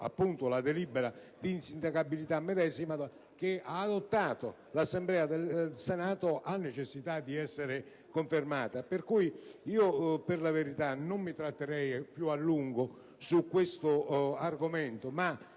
appunto la delibera di insindacabilità medesima, che ha adottato l'Assemblea del Senato, ha necessità di essere confermato. Non mi tratterrei più a lungo su questo argomento, ma